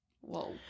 Whoa